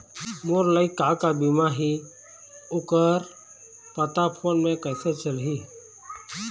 मोर लायक का का बीमा ही ओ कर पता फ़ोन म कइसे चलही?